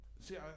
See